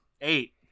Eight